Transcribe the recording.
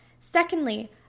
Secondly